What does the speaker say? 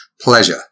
Pleasure